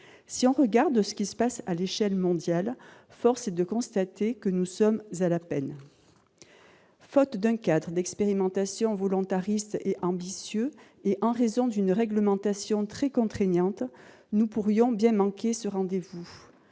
Au vu de ce qui se passe à l'échelle mondiale, force est de constater que nous sommes à la peine. Faute d'un cadre d'expérimentation volontariste et ambitieux, et du fait d'une réglementation très contraignante, nous pourrions manquer ce rendez-vous.